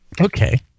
Okay